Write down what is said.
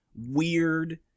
weird